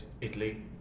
Italy